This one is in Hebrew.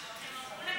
הם לא פסלו את החוק.